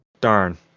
Darn